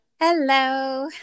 Hello